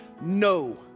no